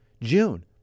June